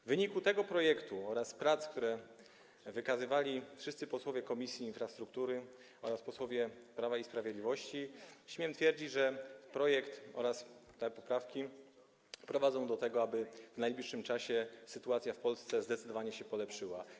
W wyniku tego projektu oraz prac, które wykazywali wszyscy posłowie Komisji Infrastruktury oraz posłowie Prawa i Sprawiedliwości, śmiem twierdzić, że projekt oraz te poprawki prowadzą do tego, aby w najbliższym czasie sytuacja w Polsce zdecydowanie się polepszyła.